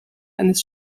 eines